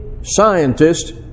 scientist